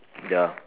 ya